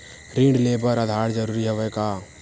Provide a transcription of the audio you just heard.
ऋण ले बर आधार जरूरी हवय का?